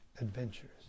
adventures